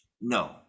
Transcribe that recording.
no